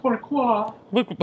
Pourquoi